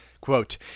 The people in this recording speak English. Quote